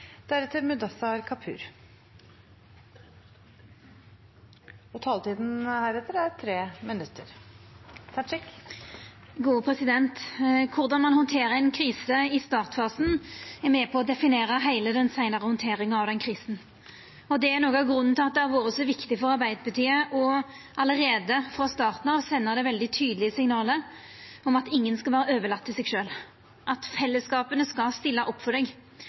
med på å definera heile den seinare handteringa av den krisa. Det er noko av grunnen til at det har vore så viktig for Arbeidarpartiet allereie frå starten av å senda det veldig tydelege signalet om at ingen skal verta overlaten til seg sjølv: at fellesskapet skal stilla opp for deg,